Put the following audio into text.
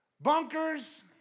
bunkers